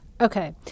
Okay